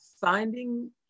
finding